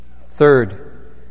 Third